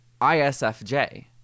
ISFJ